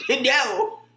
no